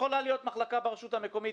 יכולה להיות מחלקה ברשות המקומית.